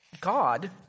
God